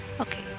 Okay